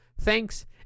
thanks